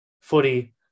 footy